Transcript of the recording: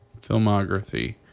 Filmography